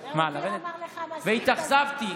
מה, לרדת, והתאכזבתי.